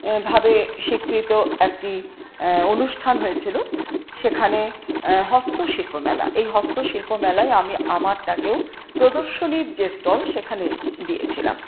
ভাবে স্বীকৃত একটি অনুষ্ঠান হয়েছিল সেখানে হস্তশিল্প মেলা এই হস্তশিল্প মেলায় আমি আমারটাকেও প্রদর্শনীর যে স্টল সেখানে দিয়েছিলাম